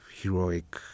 heroic